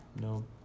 No